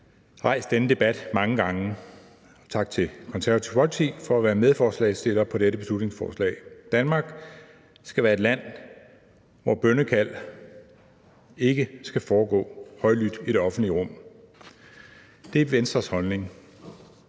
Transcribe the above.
rejst denne debat mange indgange. Tak til Det Konservative Folkeparti for at være medforslagsstillere på dette beslutningsforslag. Danmark skal være et land, hvor bønnekald ikke skal foregå højlydt i det offentlige rum. Det er Venstres holdning.